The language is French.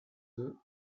deux